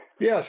Yes